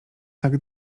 tak